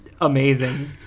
amazing